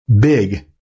big